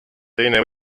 teine